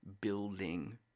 building